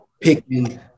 picking